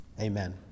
amen